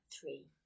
three